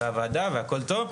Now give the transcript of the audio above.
והוועדה והכל טוב,